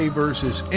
versus